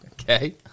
Okay